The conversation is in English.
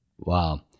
Wow